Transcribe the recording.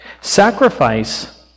Sacrifice